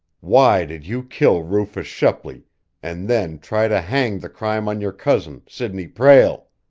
why did you kill rufus shepley and then try to hang the crime on your cousin, sidney prale?